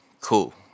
cool